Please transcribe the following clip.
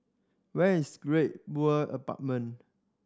where is Great World Apartment